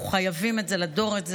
אנחנו חייבים את זה לדור הזה.